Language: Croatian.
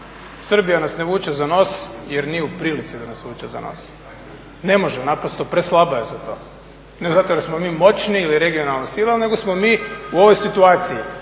Srbija nas ne vuče za nos jer nije u prilici da nas vuče za nos, ne može, naprosto preslaba je za to. Ne zato jer smo mi moćni ili regionalna sila nego smo mi u ovoj situaciji.